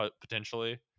potentially